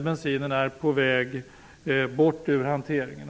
bensinen är på väg bort ur hanteringen.